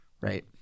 right